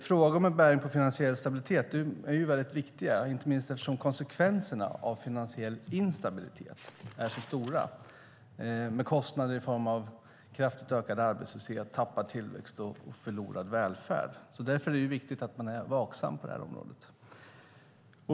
Frågor med bäring på finansiell stabilitet är väldigt viktiga, inte minst eftersom konsekvenserna av finansiell instabilitet är så stora med kostnader i form av kraftigt ökad arbetslöshet, tappad tillväxt och förlorad välfärd. Därför är det viktigt att man är vaksam på det här området.